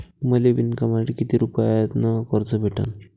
मले विणकामासाठी किती रुपयानं कर्ज भेटन?